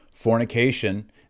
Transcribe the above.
Fornication